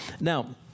Now